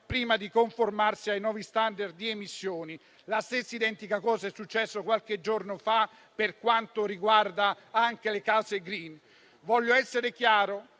prima di conformarsi ai nuovi *standard* di emissioni. La stessa identica cosa è successa qualche giorno fa per quanto riguarda le case *green*. Voglio essere chiaro: